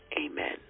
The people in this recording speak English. Amen